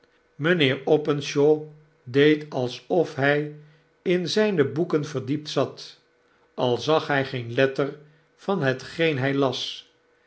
openshaw deed alsof hij in zijne boeken verdiept zat al zag hjj geen letter van hetgeen hg las